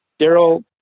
daryl